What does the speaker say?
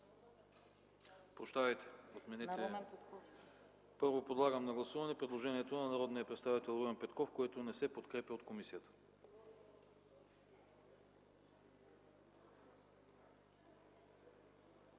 изказвания? Няма. Първо подлагам на гласуване предложението на народния представител Румен Петков, което не се подкрепя от комисията.